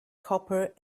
copper